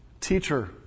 Teacher